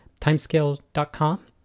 timescale.com